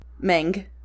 Meng